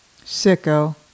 Sicko